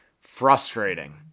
frustrating